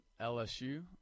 LSU